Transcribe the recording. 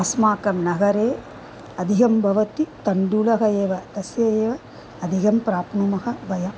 अस्माकं नगरे अधिकं भवति तण्डुलः एव तस्य एव अधिकं प्राप्नुमः वयम्